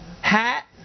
hat